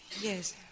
Yes